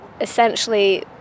essentially